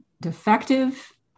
defective